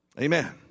Amen